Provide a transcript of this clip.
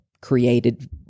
created